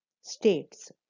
states